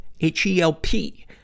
H-E-L-P